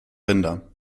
rinder